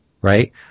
right